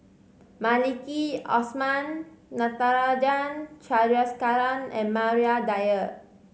Maliki Osman Natarajan Chandrasekaran and Maria Dyer